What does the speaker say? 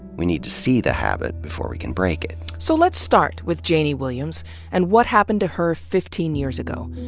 we need to see the habit before we can break it. so let's start with janey williams and what happened to her fifteen years ago.